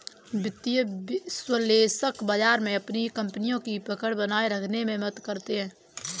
वित्तीय विश्लेषक बाजार में अपनी कपनियों की पकड़ बनाये रखने में मदद करते हैं